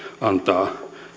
antavat